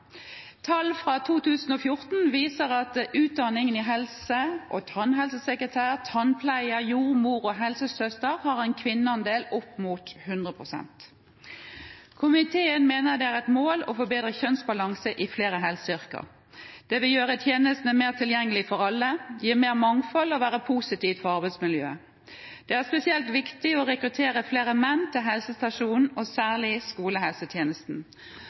Tall fra 2014 viser at utdanning innen helse, som tannhelsesekretær, tannpleier, jordmor og helsesøster, har en kvinneandel på opp mot 100 pst. Komiteen mener det er et mål å forbedre kjønnsbalansen i flere helseyrker. Det vil gjøre tjenestene mer tilgjengelige for alle, gi mer mangfold og være positivt for arbeidsmiljøet. Det er spesielt viktig å rekruttere flere menn til helsestasjonene og særlig til skolehelsetjenesten.